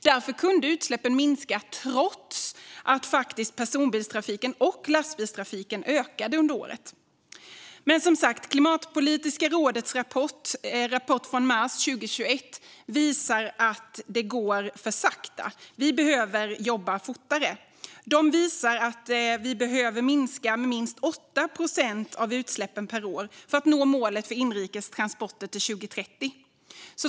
Därför kunde utsläppen minska trots att personbilstrafiken och lastbilstrafiken ökade under året. Men Klimatpolitiska rådets rapport från mars 2021 visar att det går för sakta. Vi behöver jobba fortare. Den visar att vi behöver minska utsläppen med minst 8 procent per år för att nå målet för inrikes transporter till 2030.